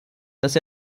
dass